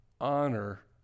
honor